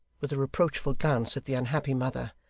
with a reproachful glance at the unhappy mother.